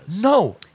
No